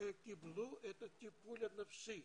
קיבלו את הטיפול הנפשי